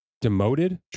demoted